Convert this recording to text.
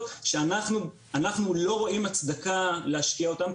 שאנחנו לא רואים הצדקה להשקיע אותן.